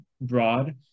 broad